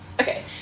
Okay